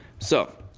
so,